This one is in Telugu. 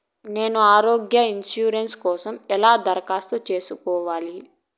నేను ఆరోగ్య ఇన్సూరెన్సు కోసం ఎలా దరఖాస్తు సేసుకోవాలి